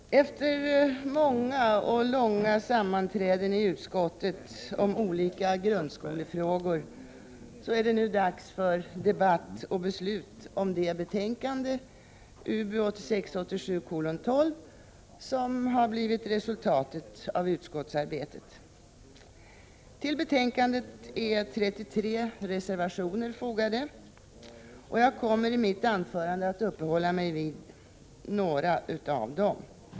Herr talman! Efter många och långa sammanträden i utskottet om olika grundskolefrågor är det nu dags för debatt och beslut beträffande det betänkande, UbU 1986/87:12, som har blivit resultatet av utskottsarbetet. Till betänkandet är 33 reservationer fogade. Jag kommer i mitt anförande att uppehålla mig vid några av dem.